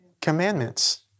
commandments